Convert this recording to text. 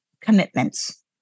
commitments